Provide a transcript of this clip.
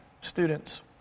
students